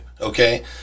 Okay